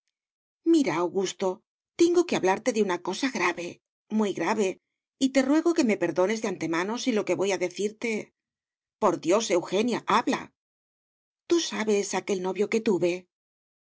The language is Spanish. mira augusto tengo que hablarte de una cosa grave muy grave y te ruego que me perdones de antemano si lo que voy a decirte por dios eugenia habla tú sabes aquel novio que tuve